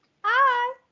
hi